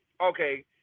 okay